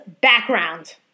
background